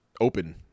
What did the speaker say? open